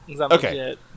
Okay